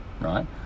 right